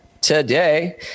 today